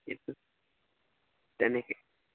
এইটো তেনেকে